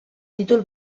títol